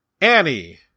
Annie